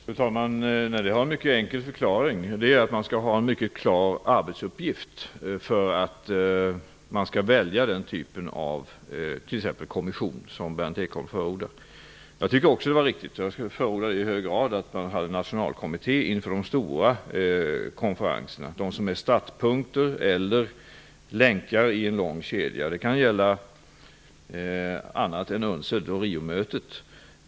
Fru talman! Nej, det har en mycket enkel förklaring. Man skall ha en mycket klar arbetsuppgift för att välja den typ av kommission som Berndt Ekholm förordar. Jag tycker också att det var riktigt. Jag förordade i hög grad att man hade en nationalkommitté inför de stora konferenserna, de som är startpunkter eller länkar i en lång kedja. Det kan gälla annat än UNCED och Riomötet.